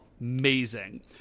amazing